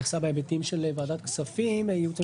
התייחסה להיבטים של ועדת הכספים,